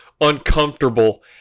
uncomfortable